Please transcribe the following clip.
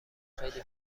خیلی